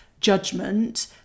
judgment